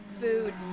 food